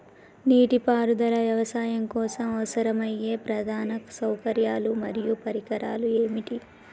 నీటిపారుదల వ్యవసాయం కోసం అవసరమయ్యే ప్రధాన సౌకర్యాలు మరియు పరికరాలు ఏమిటి?